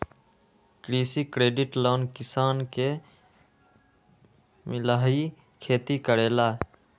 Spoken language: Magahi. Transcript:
कृषि क्रेडिट लोन किसान के मिलहई खेती करेला?